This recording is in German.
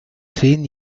zehn